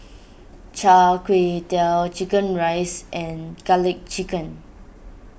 Char Kway Teow Chicken Rice and Garlic Chicken